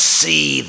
see